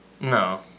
No